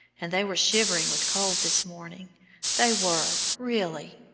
and they were shivering with cold this morning they were, really.